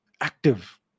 active